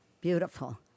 Beautiful